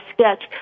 sketch